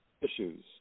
issues